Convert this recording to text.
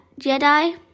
Jedi